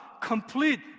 complete